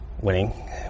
winning